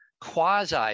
quasi